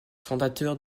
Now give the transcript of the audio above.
fondateurs